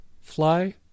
fly